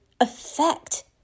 affect